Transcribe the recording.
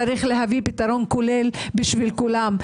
צריך להביא פתרון כולל בשביל כולם,